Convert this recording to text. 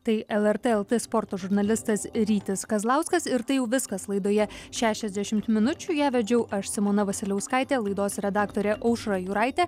tai lrt lt sporto žurnalistas rytis kazlauskas ir tai jau viskas laidoje šešiasdešimt minučių ją vedžiau aš simona vasiliauskaitė laidos redaktorė aušra juraitė